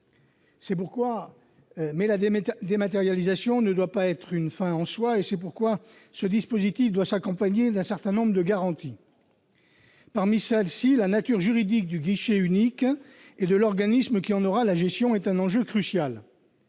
la dématérialisation ne doit pas être une fin en soi. C'est pourquoi ce dispositif doit s'accompagner d'un certain nombre de garanties. Parmi celles-ci, la nature juridique du guichet unique et de l'organisme qui en aura la gestion est un enjeu central.